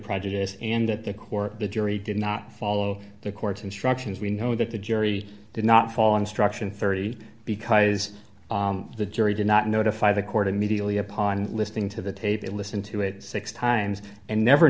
prejudice and at the core the jury did not follow the court's instructions we know that the jury did not follow instruction thirty because the jury did not notify the court immediately upon listening to the tape they listen to it six times and never